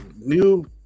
new